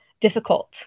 difficult